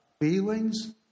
feelings